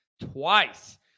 twice